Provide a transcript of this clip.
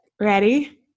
ready